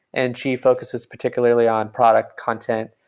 and she focuses particularly on product content,